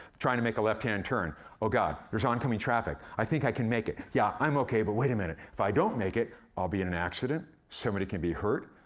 trying to make a left-hand turn oh, god, there's oncoming traffic, i think i can make it. yeah, i'm okay, but wait a minute, if i don't make it, i'll be in an accident, somebody could be hurt,